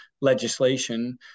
legislation